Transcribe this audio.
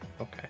Okay